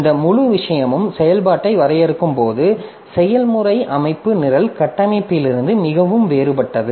இந்த முழு விஷயமும் செயல்பாட்டை வரையறுக்கும்போது செயல்முறை அமைப்பு நிரல் கட்டமைப்பிலிருந்து மிகவும் வேறுபட்டது